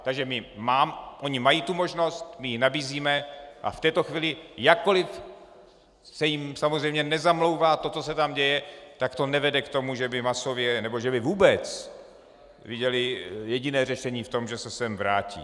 Takže oni mají tu možnost, my ji nabízíme a v této chvíli jakkoliv se jim samozřejmě nezamlouvá to, co se tam děje, tak to nevede k tomu, že by masově, nebo že by vůbec viděli jediné řešení v tom, že se sem vrátí.